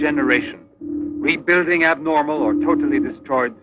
regeneration rebuilding abnormal or totally destroyed